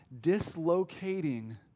dislocating